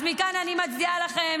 מכאן אני מצדיעה לכם,